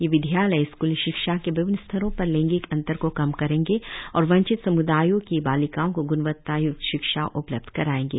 ये विद्यालय स्कूली शिक्षा के विभिन्न स्तरों पर लैंगिक अंतर को कम करेंगे और वंचित सम्दायों की बालिकाओं को ग्णवत्ता य्क्त शिक्षा उपलब्ध कराएंगे